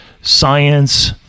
science